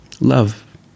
Love